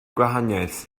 gwahaniaeth